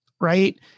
right